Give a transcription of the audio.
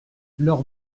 leur